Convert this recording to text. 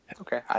Okay